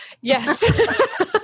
Yes